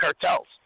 cartels